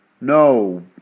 No